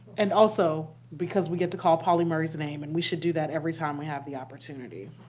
and also because we get to call pauli murray's name. and we should do that every time we have the opportunity.